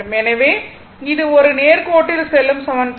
எனவே இது ஒரு நேர்கோட்டில் செல்லும் சமன்பாடு